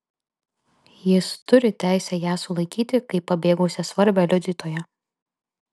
jis turi teisę ją sulaikyti kaip pabėgusią svarbią liudytoją